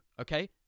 okay